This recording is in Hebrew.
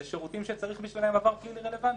אלה שירותים שצריך בשבילם עבר פלילי רלוונטי.